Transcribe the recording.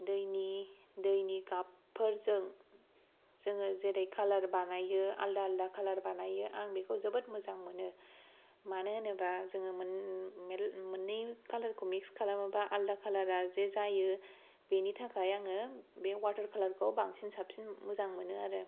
दैनि गाबफौरजों जोङो जेरै कालार बानायो आलदा आलदा कालार बानायो आं बेखौ जोबोद मोजां मोनो मानो होनोबा जोङो मोननै कालारखौ मिक्स खालामोबा आलदा कालार जे जायो बेनि थाखाय आङो बे वाटार कालारखौ साबसिन मोजां मोनो आरो